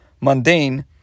mundane